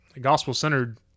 gospel-centered